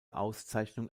auszeichnung